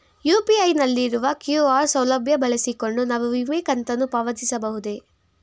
UPI ನಲ್ಲಿರುವ QR ಸೌಲಭ್ಯ ಬಳಸಿಕೊಂಡು ನಾನು ವಿಮೆ ಕಂತನ್ನು ಪಾವತಿಸಬಹುದೇ?